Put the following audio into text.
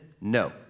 no